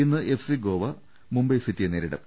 ഇന്ന് F C Goa Mumbai സിറ്റിയെ നേരിടും